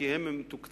כי הם מתוקצבים